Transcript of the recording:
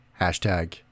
Hashtag